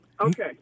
Okay